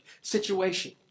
situation